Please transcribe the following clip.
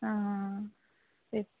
हा फ़ि